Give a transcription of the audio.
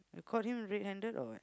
you caught him red handed or what